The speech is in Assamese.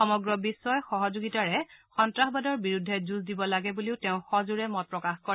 সমগ্ৰ বিশ্বই সহযোগিতাৰে সন্নাসবাদৰ বিৰুদ্ধে যুঁজ দিব লাগে বুলিও তেওঁ সজোৰে মত প্ৰকাশ কৰে